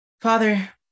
Father